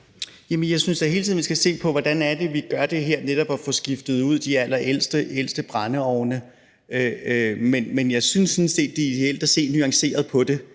jeg synes da, at vi hele tiden skal se på, hvordan vi gør det her, netop i forhold til at få skiftet de allerældste brændeovne ud. Men jeg synes sådan set, det er ideelt at se nuanceret på det.